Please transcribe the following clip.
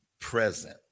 present